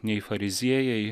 nei fariziejai